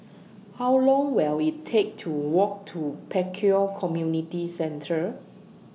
How Long Will IT Take to Walk to Pek Kio Community Centre